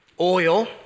Oil